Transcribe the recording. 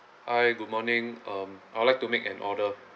hi good morning um I would like to make an order